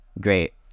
Great